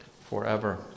forever